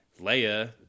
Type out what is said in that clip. Leia